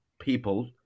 people